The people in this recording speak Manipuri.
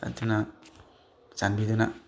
ꯑꯗꯨꯅ ꯆꯥꯟꯕꯤꯗꯨꯅ